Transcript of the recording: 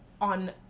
on